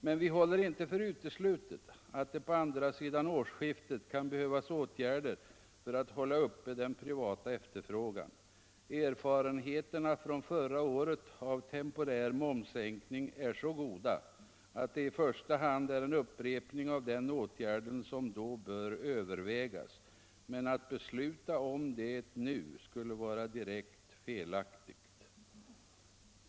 Men vi håller inte för uteslutet att det på andra sidan årsskiftet kan behövas åtgärder för att hålla uppe den privata efterfrågan. Erfarenheterna från förra året av temporär momssänkning är så goda, att det i första hand är en upprepning av den åtgärden som då bör övervägas. Men att nu besluta om det skulle vara direkt felaktigt.